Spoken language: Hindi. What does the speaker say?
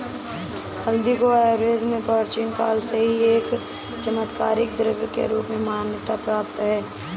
हल्दी को आयुर्वेद में प्राचीन काल से ही एक चमत्कारिक द्रव्य के रूप में मान्यता प्राप्त है